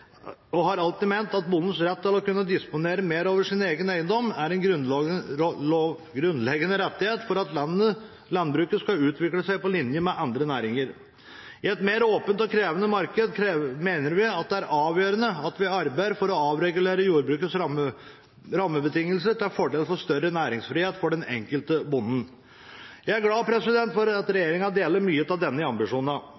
og har alltid ment – at bondens rett til å kunne disponere i større grad over sin egen eiendom er en grunnleggende rettighet for at landbruket skal utvikle seg på linje med andre næringer. I et mer åpent og krevende marked mener vi det er avgjørende at vi arbeider for å avregulere jordbrukets rammebetingelser til fordel for større næringsfrihet for den enkelte bonden. Jeg er glad for at